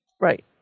Right